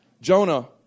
Jonah